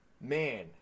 man